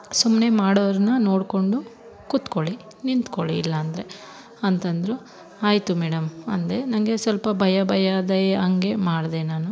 ಸುಮ್ಮನೇ ಮಾಡೋರನ್ನ ನೋಡಿಕೊಂಡು ಕುತ್ಕೋಳಿ ನಿಂತ್ಕೋಳಿ ಇಲ್ಲಾಂದರೆ ಅಂತಂದ್ರು ಆಯಿತು ಮೇಡಮ್ ಅಂದೆ ನನಗೆ ಸಲ್ಪ ಭಯ ಭಯ ದಯೆ ಅಂಗೆ ಮಾಡಿದೆ ನಾನು